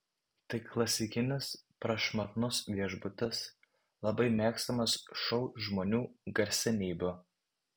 tai klasikinis prašmatnus viešbutis labai mėgstamas šou žmonių garsenybių